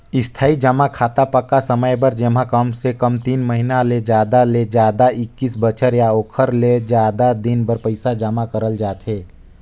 इस्थाई जमा खाता पक्का समय बर जेम्हा कमसे कम तीन महिना जादा ले जादा एक्कीस बछर या ओखर ले जादा दिन बर पइसा जमा करल जाथे